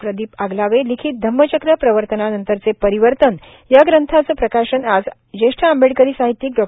प्रदीप आगलावे लिखीत धम्मचक्र प्रवर्तनानंतरचे परिवर्तन या ग्रंथाचे प्रकाशन आज ज्येष्ठ आंबेडकरी साहित्यीक डॉ